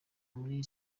muri